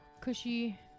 cushy